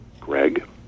Greg